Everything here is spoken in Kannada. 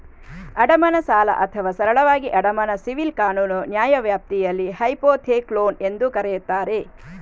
ಅಡಮಾನ ಸಾಲ ಅಥವಾ ಸರಳವಾಗಿ ಅಡಮಾನ ಸಿವಿಲ್ ಕಾನೂನು ನ್ಯಾಯವ್ಯಾಪ್ತಿಯಲ್ಲಿ ಹೈಪೋಥೆಕ್ಲೋನ್ ಎಂದೂ ಕರೆಯುತ್ತಾರೆ